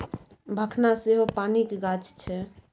भखना सेहो पानिक गाछ छै